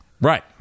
Right